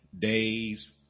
days